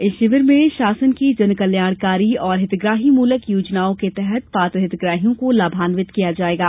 इस शिविर में शासन की जनकल्याणकारी एवं हितग्राही मूलक योजनाओं के तहत पात्र हितग्राहियों को लाभांवित किया जाएगा